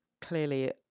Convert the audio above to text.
clearly